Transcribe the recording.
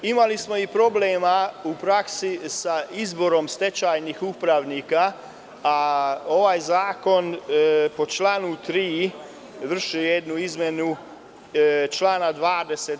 Imali smo i problema u praksi sa izborom stečajnih upravnika, a ovaj zakon po članu 3. vrši jednu izmenu člana 20.